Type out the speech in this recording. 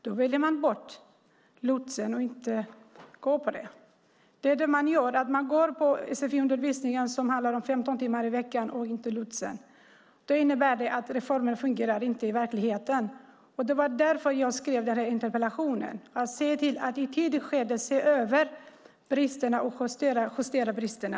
Då väljer man bort lotsen, och går inte dit. Man går på sfi-undervisningen som handlar om 15 timmar i veckan, men man går inte till lotsen. Detta innebär att reformen inte fungerar i verkligheten. Det var därför jag skrev interpellationen - för att se till att man i ett tidigt skede ser över och justerar bristerna.